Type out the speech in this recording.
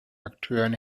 akteuren